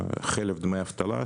חלק מדמי אבטלה,